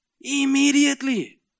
Immediately